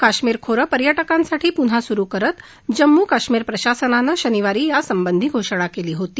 काश्मीर खोरं पर्यटकांसाठी पुन्हा सुरु करत जम्मू काश्मीर प्रशासनानं शनिवारी या संबधी घोषणा केली होती